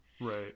right